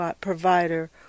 provider